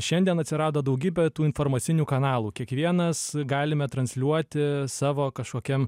šiandien atsirado daugybė tų informacinių kanalų kiekvienas galime transliuoti savo kažkokiam